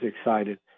excited